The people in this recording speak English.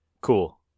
Cool